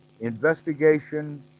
investigation